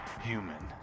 human